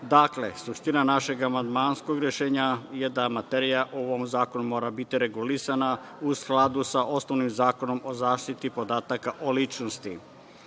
briše. Dakle, suština našeg amandmanskog rešenja je da materija u ovom zakonu mora biti regulisana u skladu sa osnovnim Zakonom o zaštiti podataka o